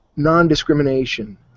non-discrimination